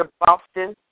Boston